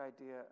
idea